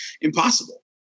impossible